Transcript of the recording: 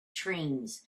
trains